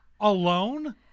Alone